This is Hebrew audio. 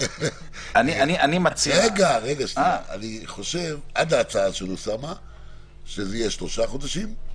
אני חושב שזה יהיה שלושה חודשים,